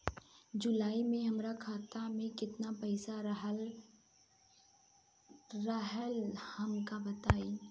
जुलाई में हमरा खाता में केतना पईसा रहल हमका बताई?